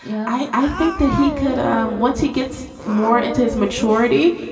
i think that he could once he gets more into his maturity,